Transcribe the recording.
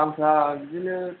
दामफ्रा बिदिनो